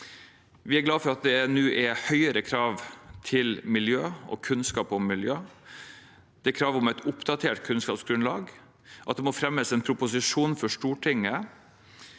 Vi er glade for at det nå er høyere krav til miljø og kunnskap om miljø, at det er krav om et oppdatert kunnskapsgrunnlag, og at det må fremmes en proposisjon for Stortinget